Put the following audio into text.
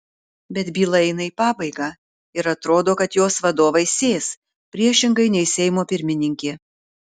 bet byla eina į pabaigą ir atrodo kad jos vadovai sės priešingai nei seimo pirmininkė